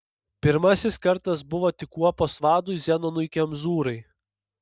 pirmasis kartas buvo tik kuopos vadui zenonui kemzūrai